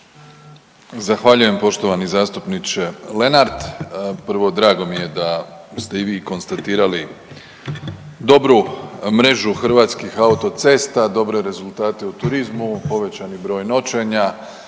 Zahvaljujem poštovani zastupniče Lenart. Prvo, drago mi je da ste i vi konstatirali dobru mrežu hrvatskih autocesta, dobre rezultate u turizmu, povećani broj noćenja,